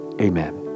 Amen